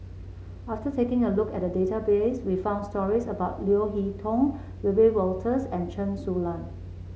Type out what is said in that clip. after taking a look at database we found stories about Leo Hee Tong Wiebe Wolters and Chen Su Lan